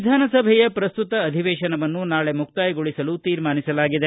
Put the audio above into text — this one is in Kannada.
ವಿಧಾನಸಭೆಯ ಪ್ರಸ್ತುತ ಅಧಿವೇಶನವನ್ನು ನಾಳೆ ಮುಕ್ತಾಯಗೊಳಿಸಲು ತೀರ್ಮಾನಿಸಲಾಗಿದೆ